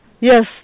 Yes